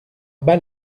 bas